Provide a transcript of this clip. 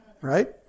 right